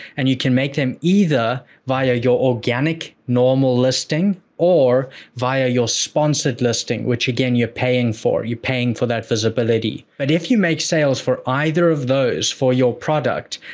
and you can make them either via your organic normal listing or via your sponsored listing, which again you're paying for, you're paying for that visibility. but if you make sales for either of those, for your product,